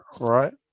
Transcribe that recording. right